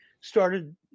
started